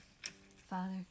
Father